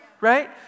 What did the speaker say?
right